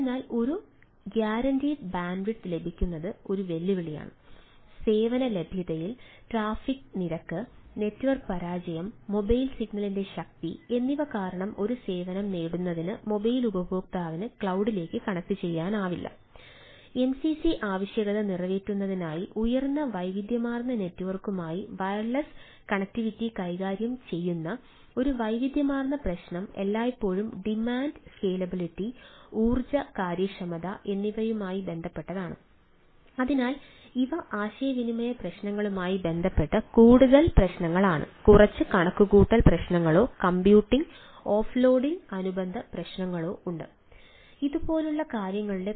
അതിനാൽ ഒരു guaranteed bandwidth ലഭിക്കുന്നത് ഒരു വെല്ലുവിളിയാണ് സേവന ലഭ്യതയിൽ ട്രാഫിക് തിരക്ക് നെറ്റ്വർക്ക് പരാജയം മൊബൈൽ ചെയ്യാൻ കഴിയും